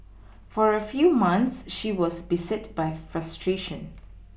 for a few months she was beset by frustration